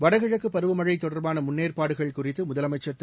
வடகிழக்குபருவமழைதொடர்பானமுன்னேற்பாடுகள் குறித்துமுதலமைச்சர் திரு